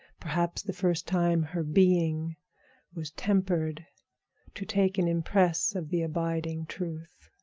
perhaps the first time her being was tempered to take an impress of the abiding truth.